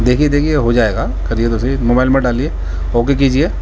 دیکھیے دیکھیے ہو جائے گا کریے تو صحیح موبائل نمبر ڈالیے اوکے کیجیے